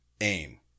aim